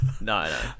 No